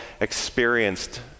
experienced